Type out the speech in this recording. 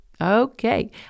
Okay